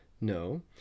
No